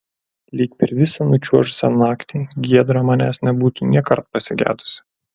lyg per visą nučiuožusią naktį giedra manęs nebūtų nėkart pasigedusi